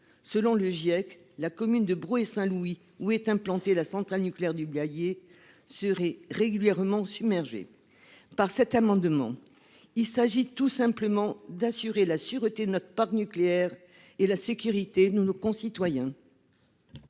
Selon le Giec, la commune de Braud-et-Saint-Louis, où est implantée la centrale nucléaire du Blayais, devrait être régulièrement submergée. Par cet amendement, il s'agit tout simplement d'assurer la sûreté de notre parc nucléaire et la sécurité de nos concitoyens.